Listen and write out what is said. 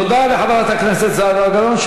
תודה לחברת הכנסת זהבה גלאון.